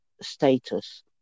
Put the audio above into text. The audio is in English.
status